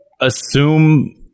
assume